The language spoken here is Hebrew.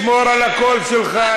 אורן, תשמור על הקול שלך.